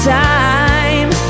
time